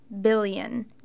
billion